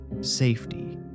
Safety